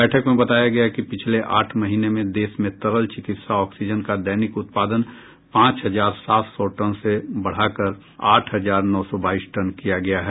बैठक में बताया गया कि पिछले आठ महीने में देश में तरल चिकित्सा ऑक्सीजन का दैनिक उत्पादन पांच हजार सात सौ टन से बढ़कर आठ हजार नौ सौ बाईस टन किया गया है